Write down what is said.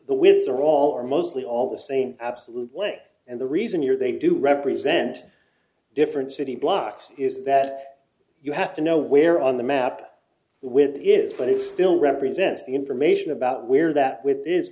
the winds are all or mostly all the same absolutely and the reason you're they do represent different city blocks is that you have to know where on the map with it is but it still represents the information about where that with